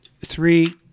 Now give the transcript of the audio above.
three